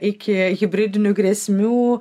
iki hibridinių grėsmių